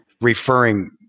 referring